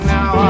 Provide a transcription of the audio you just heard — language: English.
Now